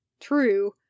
True